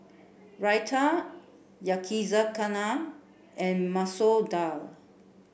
Raita Yakizakana and Masoor Dal